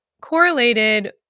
correlated